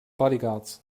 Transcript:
bodyguards